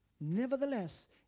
Nevertheless